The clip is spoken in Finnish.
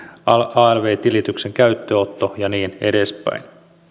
alv tilityksen käyttöönotto ja niin edespäin